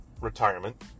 retirement